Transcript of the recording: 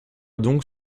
donc